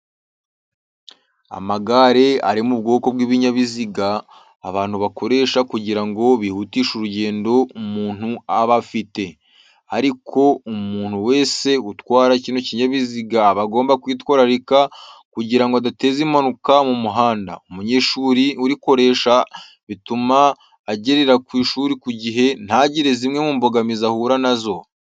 Amagare ari mu bwoko bw'ibinyabiziga abantu bakoresha kugira ngo byihutishe urugendo umuntu aba afite. Ariko umuntu wese utwara kino kinyabiziga aba agomba kwitwararika kugira ngo adateza impanuka mu muhanda. Umunyeshuri urikoresha bituma agerera ku ishuri ku gihe ntagire zimwe mu mbogamizi ahura na zo.